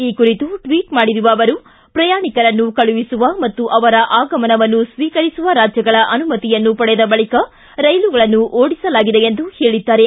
ಈ ಕುರಿತು ಟ್ವಿಚ್ ಮಾಡಿರುವ ಅವರು ಪ್ರಯಾಣಿಕರನ್ನು ಕಳುಹಿಸುವ ಮತ್ತು ಅವರ ಆಗಮನವನ್ನು ಸ್ವೀಕರಿಸುವ ರಾಜ್ಯಗಳ ಅನುಮತಿಯನ್ನು ಪಡೆದ ಬಳಿಕ ರೈಲುಗಳನ್ನು ಓಡಿಸಲಾಗಿದೆ ಎಂದು ಹೇಳಿದ್ದಾರೆ